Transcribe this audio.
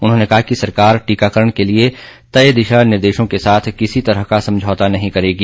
उन्होंने कहा कि सरकार टीकाकरण के लिए तय दिशा निर्देशों के साथ किसी तरह का समझौता नहीं करेगी